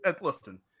Listen